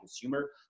consumer